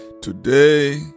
Today